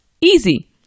easy